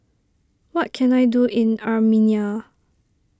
what can I do in Armenia